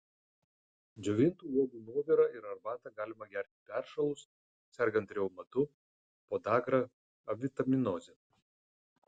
džiovintų uogų nuovirą ir arbatą galima gerti peršalus sergant reumatu podagra avitaminoze